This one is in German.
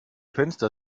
fenster